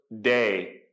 day